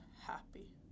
happy